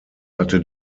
hatte